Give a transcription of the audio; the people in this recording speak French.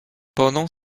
pendant